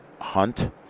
hunt